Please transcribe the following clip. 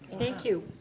thank you.